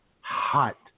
hot